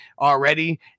already